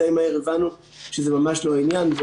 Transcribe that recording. די מהר הבנו שזה ממש לא העניין.